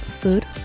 food